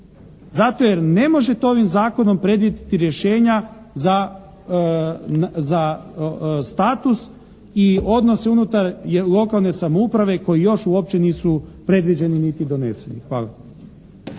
zato jer ne možete ovim zakonom predvidjeti rješenja za status i odnose unutar lokalne samouprave koji još uopće nisu predviđeni niti doneseni. Hvala.